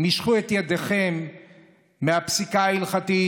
משכו את ידיכם מהפסיקה ההלכתית.